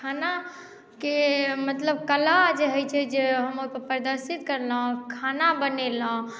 खानाकेँ मतलब कला जे होइ छै जे हम अपन प्रदर्शित केलहुँ खाना बनेलहुँ